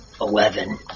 Eleven